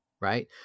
right